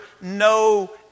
no